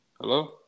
Hello